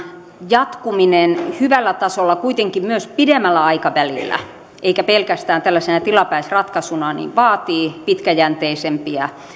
jatkuminen hyvällä tasolla kuitenkin myös pidemmällä aikavälillä eikä pelkästään tällaisena tilapäisratkaisuna vaatii pitkäjänteisempiä